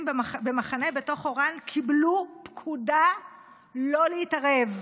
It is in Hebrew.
במחנה בתוך אוראן קיבלו פקודה לא להתערב.